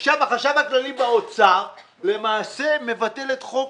עכשיו החשב הכללי באוצר למעשה מבטל את חוק